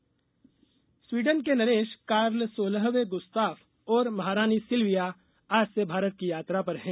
Sweden नरेश Sweden के नरेश कार्ल सोहलवें गुस्ताफ और महारानी सिल्विया आज से भारत की यात्रा पर हैं